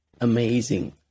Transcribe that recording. amazing